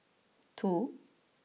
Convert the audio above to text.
two